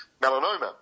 melanoma